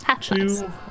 Two